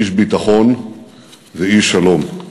איש ביטחון ואיש שלום.